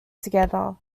together